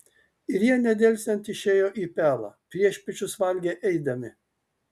ir jie nedelsiant išėjo į pelą priešpiečius valgė eidami